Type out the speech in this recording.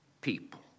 people